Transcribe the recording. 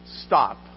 stop